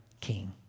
king